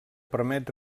permet